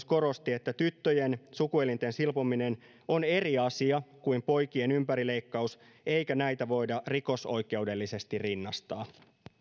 korosti myös että tyttöjen sukuelinten silpominen on eri asia kuin poikien ympärileikkaus eikä näitä voida rikosoikeudellisesti rinnastaa